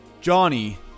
Johnny